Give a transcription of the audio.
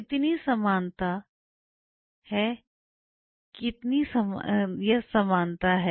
इतनी समानता यह समानता है